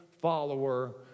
follower